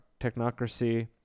technocracy